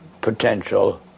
potential